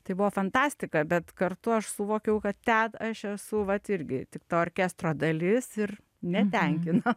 tai buvo fantastika bet kartu aš suvokiau kad ten aš esu vat irgi tik to orkestro dalis ir netenkino